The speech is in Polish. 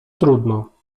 trudno